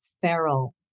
feral